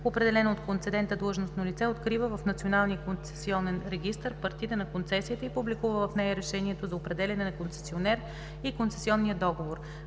определено от концедента длъжностно лице открива в Националния концесионен регистър партида на концесията и публикува в нея решението за определяне на концесионер и концесионния договор.